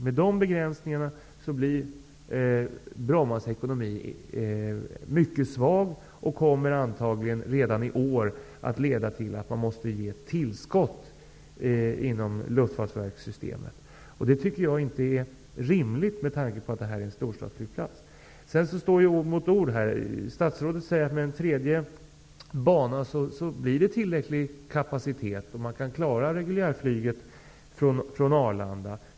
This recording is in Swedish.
Med dessa begränsningar blir Brommas ekonomi mycket svag och kommer antagligen redan i år att få ett tillskott ur Luftfartsverkets system. Jag tycker inte att detta är rimligt med tanke på att det är en storstadsflygplats. Vidare står ord mot ord. Statsrådet säger att en tredje bana ger tillräcklig kapacitet och att reguljärflyget kan klaras från Arlanda.